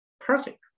perfect